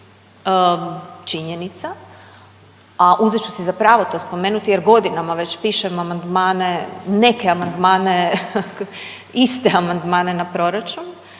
činjenica, a uzet ću si za pravo to spomenuti jer godinama već pišem amandmane, neke amandmane, iste amandmane na proračun